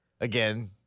again